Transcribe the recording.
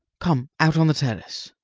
come out on the terrace.